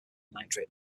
nitrate